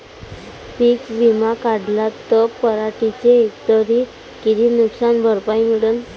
पीक विमा काढला त पराटीले हेक्टरी किती नुकसान भरपाई मिळीनं?